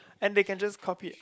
and they can just copy